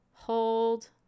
hold